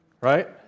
Right